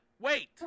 wait